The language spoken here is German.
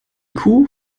kuh